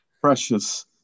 precious